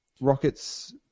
Rockets